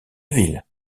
ville